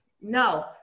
No